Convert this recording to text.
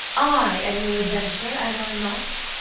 i am your adventure, am i not?